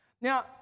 Now